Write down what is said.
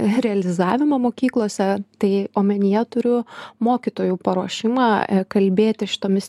realizavimą mokyklose tai omenyje turiu mokytojų paruošimą kalbėti šitomis